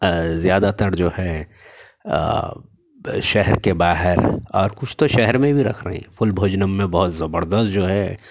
زیادہ تر جو ہے شہر کے باہر اور کچھ تو شہر میں بھی رکھ رہے ہیں فل بھوجنم میں بہت زبردست جو ہے